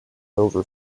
over